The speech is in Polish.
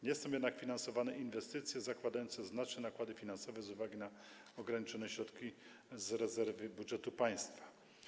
Nie są jednak finansowane inwestycje zakładające znaczne nakłady finansowe z uwagi na ograniczone środki z rezerwy budżetu państwa.